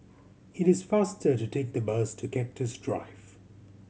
it is faster to take the bus to Cactus Drive